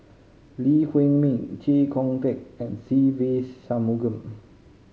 Lee Huei Min Chee Kong Tet and Se Ve Shanmugam